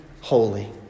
holy